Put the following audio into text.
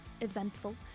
eventful